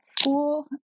school